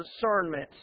discernment